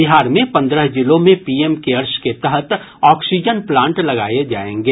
बिहार में पन्द्रह जिलों में पीएम केयर्स के तहत ऑक्सीजन प्लांट लगाये जायेंगे